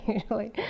usually